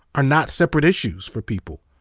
are not separate issues for people.